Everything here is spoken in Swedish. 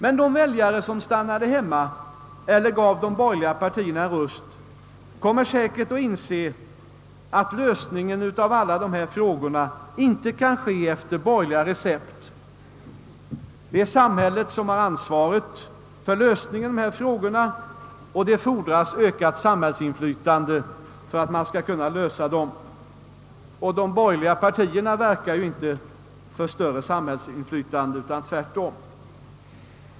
Men de väljare som stannade hemma eller gav de borgerliga partierna en röst kommer säkert att inse att lösningen av alla dessa frågor inte kan ske efter borgerligt recept. Det är samhället som har ansvaret för lösningen av frågorna, och det fordras ökat samhällsinflytande för att man skall kunna lösa dem. De borgerliga partierna verkar ju inte för större samhällsingripande utan tvärtom.